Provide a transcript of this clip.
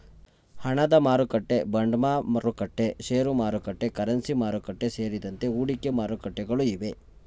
ಹಣದಮಾರುಕಟ್ಟೆ, ಬಾಂಡ್ಮಾರುಕಟ್ಟೆ, ಶೇರುಮಾರುಕಟ್ಟೆ, ಕರೆನ್ಸಿ ಮಾರುಕಟ್ಟೆ, ಸೇರಿದಂತೆ ಹೂಡಿಕೆ ಮಾರುಕಟ್ಟೆಗಳು ಇವೆ